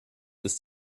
ist